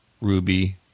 Ruby